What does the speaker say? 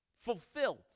Fulfilled